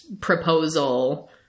proposal